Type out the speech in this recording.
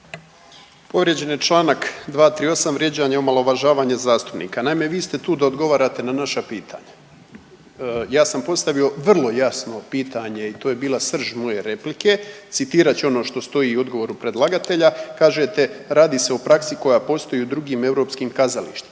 Povrijeđen je čl. 238, vrijeđanje i omalovažavanje zastupnika. Naime, vi ste tu da odgovarate na naša pitanja. Ja sam postavio vrlo jasno pitanje i to je bila srž moje replike, citirat ću ono što stoji u odgovoru predlagatelja, kažete, radi se o praksi koja postoji u drugim europskim kazalištima.